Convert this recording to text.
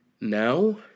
Now